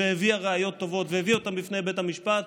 הביאה ראיות טובות והביאה אותן בפני בית המשפט,